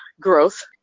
growth